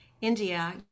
India